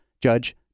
Judge